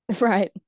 Right